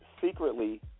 secretly